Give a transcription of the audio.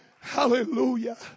hallelujah